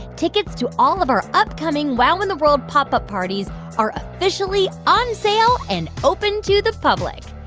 tickets to all of our upcoming wow in the world pop up parties are officially on sale and open to the public.